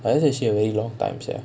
but it's actually a very long time sia